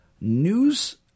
news